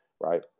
right